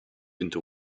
into